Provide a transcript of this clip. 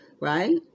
right